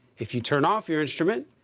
if you turn off your instrument,